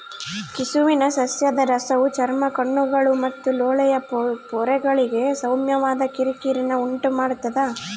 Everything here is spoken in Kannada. ಕೆಸುವಿನ ಸಸ್ಯದ ರಸವು ಚರ್ಮ ಕಣ್ಣುಗಳು ಮತ್ತು ಲೋಳೆಯ ಪೊರೆಗಳಿಗೆ ಸೌಮ್ಯವಾದ ಕಿರಿಕಿರಿನ ಉಂಟುಮಾಡ್ತದ